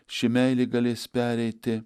ši meilė galės pereiti